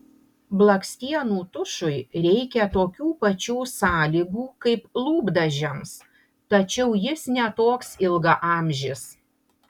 blakstienų tušui reikia tokių pačių sąlygų kaip lūpdažiams tačiau jis ne toks ilgaamžis